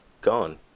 gone